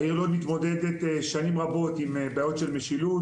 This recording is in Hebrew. העיר לוד מתמודדת שנים רבות עם בעיות של משילות,